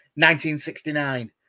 1969